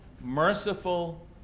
merciful